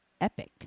Epic